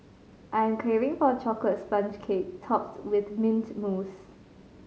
I am craving for a chocolate sponge cake topped with mint mousse